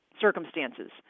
circumstances